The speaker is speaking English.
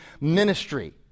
ministry